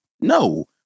No